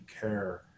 care